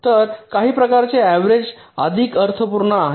तर काही प्रकारचे अव्हरेज अधिक अर्थपूर्ण आहे